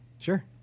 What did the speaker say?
Sure